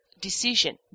decision